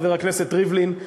חבר הכנסת ריבלין,